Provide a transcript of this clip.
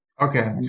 Okay